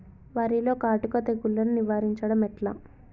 వరిలో కాటుక తెగుళ్లను నివారించడం ఎట్లా?